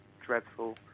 dreadful